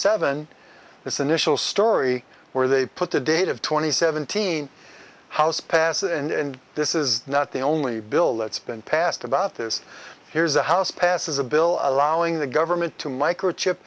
seven this initial story where they put the date of twenty seventeen house passes and this is not the only bill that's been passed about this here's the house passes a bill allowing the government to microchip